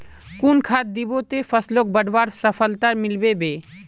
कुन खाद दिबो ते फसलोक बढ़वार सफलता मिलबे बे?